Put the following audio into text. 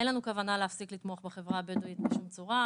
אין לנו כוונה להפסיק לתמוך בחברה הבדואית בשום צורה.